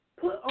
Put